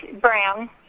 brown